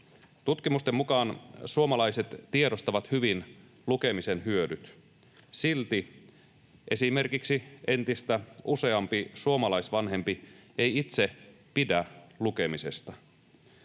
Tutkimusten mukaan suomalaiset tiedostavat hyvin lukemisen hyödyt. Silti esimerkiksi entistä useampi suomalaisvanhempi ei itse pidä lukemisesta.